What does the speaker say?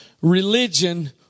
Religion